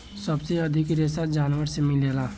सबसे अधिक रेशा जानवर से मिलेला